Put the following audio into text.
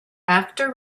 after